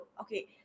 okay